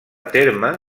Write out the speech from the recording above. terme